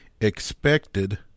expected